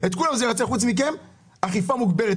הוא אכיפה מוגברת.